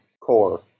core